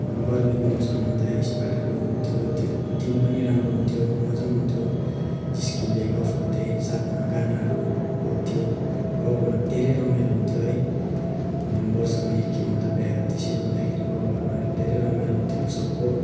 गर्मीको मौसममा त स्प्राइटहरू हुन्थ्यो दिन पनि राम्रो हुन्थ्यो मजा पनि हुन्थ्यो जिस्किँदै गफ गर्दै साथमा गानाहरू बज्थ्यो गाउँमा धेरै रमाइलो हुन्थ्यो है वर्षमा एकखेप आउँदा बिहाहरू त्यसरी हुँदाखेरि गाउँघरमा धेरै रमाइलो हुन्थ्यो सबको